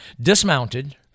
dismounted